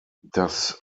das